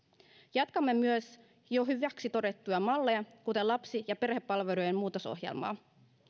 jatkamme myös jo hyviksi todettuja malleja kuten lapsi ja perhepalvelujen muutosohjelmaa